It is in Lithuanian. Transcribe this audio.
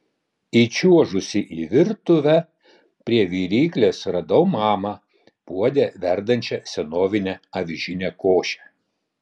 įčiuožusi į virtuvę prie viryklės radau mamą puode verdančią senovinę avižinę košę